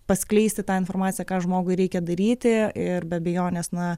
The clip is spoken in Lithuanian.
paskleisti tą informaciją ką žmogui reikia daryti ir be abejonės na